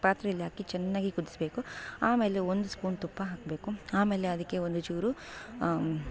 ಪಾತ್ರೆಯಲ್ಲಿ ಹಾಕಿ ಚೆನ್ನಾಗಿ ಕುದಿಸ್ಬೇಕು ಆಮೇಲೆ ಒಂದು ಸ್ಪೂನ್ ತುಪ್ಪ ಹಾಕಬೇಕು ಆಮೇಲೆ ಅದಕ್ಕೆ ಒಂದು ಚೂರು